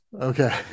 Okay